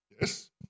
Yes